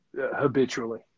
habitually